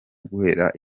guhera